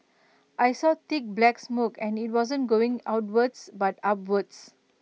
I saw thick black smoke and IT wasn't going outwards but upwards